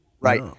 right